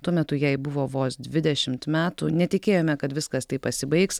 tuo metu jai buvo vos dvidešimt metų netikėjome kad viskas taip pasibaigs